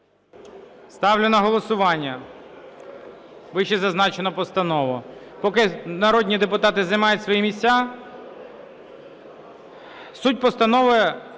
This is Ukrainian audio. Ставлю на голосування вищезазначену постанову. Поки народні депутати займають свої місця, суть постанови в